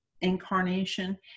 incarnation